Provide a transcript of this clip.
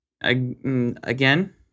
Again